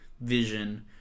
vision